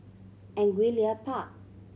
Angullia Park